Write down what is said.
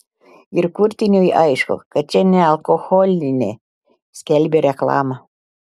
ir kurtiniui aišku kad čia nealkoholinė skelbė reklama